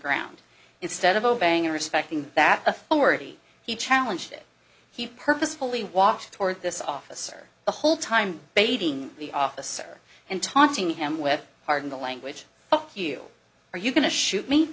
ground instead of obeying or respecting that authority he challenged it he purposefully walked toward this officer the whole time baiting the officer and taunting him with pardon the language you are you going to shoot me